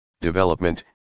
development